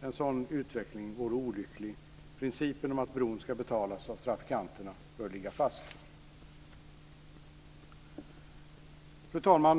En sådan utveckling vore olycklig. Principen om att bron ska betalas av trafikanterna bör ligga fast. Fru talman!